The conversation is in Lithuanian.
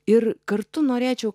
ir kartu norėčiau